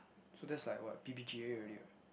so that's like what P_P_G_A already [what]